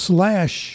Slash